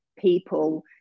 people